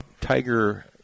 Tiger